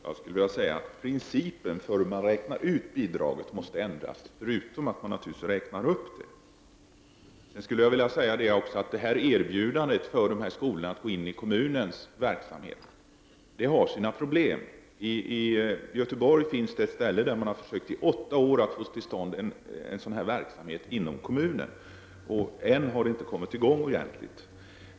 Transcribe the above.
Herr talman! Förutom att bidraget naturligtvis skall räknas upp måste också principen för hur man räknar ut bidraget ändras. Jag vill också säga att erbjudandet till Waldorfskolor att gå in i kommunens verksamhet är förenat med problem. I Göteborg har man på ett ställe försökt i åtta år att få till stånd eri sådan verksamhet, men den har ännu inte kommit i gång ordentligt.